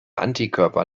antikörper